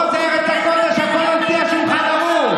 פה זה ארץ הקודש, הכול על פי השולחן ערוך.